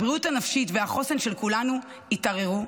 הבריאות הנפשית והחוסן של כולנו התערערו,